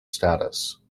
status